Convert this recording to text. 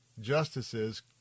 justices